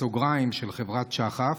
בסוגריים, של חברת שחף,